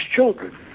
children